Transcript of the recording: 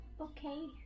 okay